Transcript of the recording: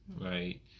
Right